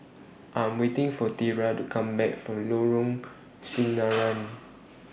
I Am waiting For Tera to Come Back from Lorong Sinaran